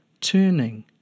turning